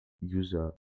user